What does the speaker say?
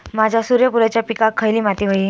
माझ्या सूर्यफुलाच्या पिकाक खयली माती व्हयी?